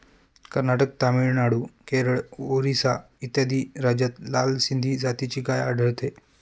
कर्नाटक, तामिळनाडू, केरळ, ओरिसा इत्यादी राज्यांत लाल सिंधी जातीची गाय आढळते